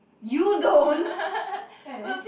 you don't ass